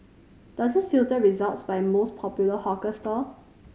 does it filter results by most popular hawker stall